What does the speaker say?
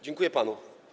Dziękuję panu.